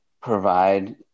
provide